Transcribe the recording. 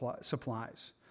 supplies